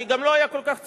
כי גם לא היה כל כך צורך.